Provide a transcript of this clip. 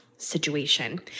situation